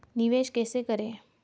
निवेश कैसे करें?